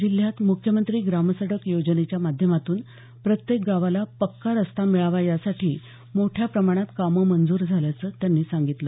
जिल्ह्यात मुख्यमंत्री ग्रामसडक योजनेच्या माध्यमातून प्रत्येक गावाला पक्का रस्ता मिळावा यासाठी मोठ्या प्रमाणात कामं मंजूर झाल्याचं त्यांनी सांगितलं